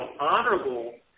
honorable